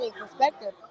perspective